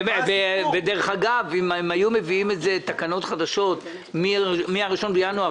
אם הם היו מביאים תקנות חדשות ב-1 בינואר,